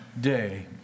day